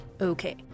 Okay